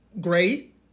great